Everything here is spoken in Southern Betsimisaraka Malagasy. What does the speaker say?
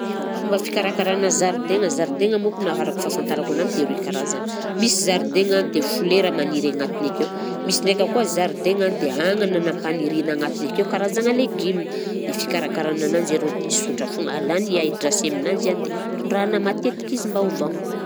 Fomba fikarakarana zaridaigna, zaridaigna moko na araka fahafantarako anany dia roy karazagny: misy zaridaigna dia folera maniry agnatiny akeo, misy ndraika koa zaridaigna dia agnana nampaniriana agnatiny akeo karazana legima, dia fikarakarana ananjy arô dia sotra foana, alàna i ahi-drasy aminanzy a dia tondrahana matetika izy mba ho vagnona.